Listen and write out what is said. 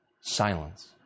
Silence